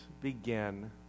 begin